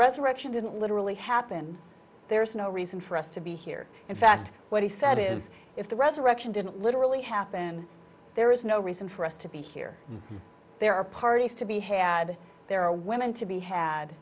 resurrection didn't literally happen there's no reason for us to be here in fact what he said is if the resurrection didn't literally happen there is no reason for us to be here there are parties to be had there are women to be had